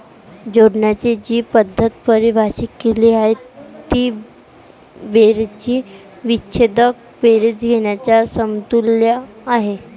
जोडण्याची जी पद्धत परिभाषित केली आहे ती बेरजेची विच्छेदक बेरीज घेण्याच्या समतुल्य आहे